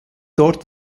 dort